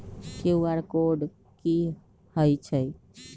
QR code कि हई छई?